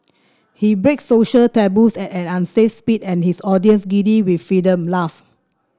he breaks social taboos at an unsafe speed and his audience giddy with freedom laugh